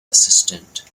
assistant